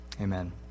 Amen